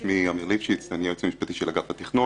אני אמיר ליפשיץ, אני היועץ המשפטי של אגף התכנון.